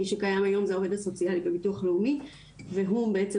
מי שקיים היום ה העובד סוציאלי של המוסד לביטוח לאומי והוא בעצם